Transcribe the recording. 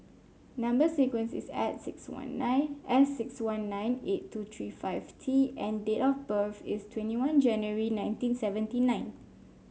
number sequence is S six one nine S six one nine eight two three five T and date of birth is twenty one January nineteen seventy nine